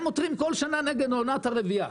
הם עותרים בכל שנה נגד עונת הרבייה.